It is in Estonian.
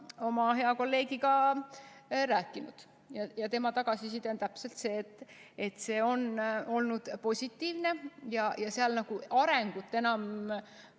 oma hea kolleegiga rääkinud. Ja tema tagasiside on täpselt see, et saavutatu on olnud positiivne ja seal arengut enam